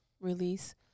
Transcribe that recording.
release